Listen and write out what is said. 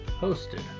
hosted